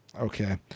Okay